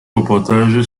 reportage